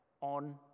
on